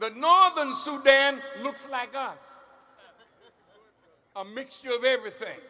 the northern sudan looks like us a mixture of everything